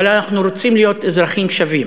אבל אנחנו רוצים להיות אזרחים שווים,